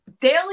Daily